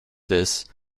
this